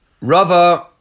Rava